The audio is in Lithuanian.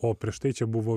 o prieš tai čia buvo